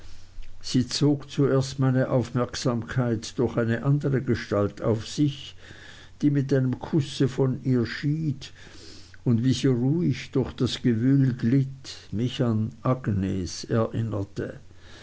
sie zog zuerst meine aufmerksamkeit durch eine andere gestalt auf sich die mit einem kusse von ihr schied und wie sie ruhig durch das gewühl glitt mich an agnes erinnerte